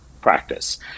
practice